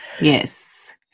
Yes